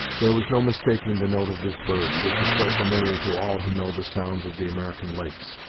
there was no mistaking the note of this bird, which is so familiar to all who know the sounds of the american lakes.